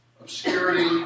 Obscurity